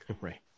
Right